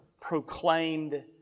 proclaimed